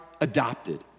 adopted